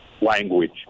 language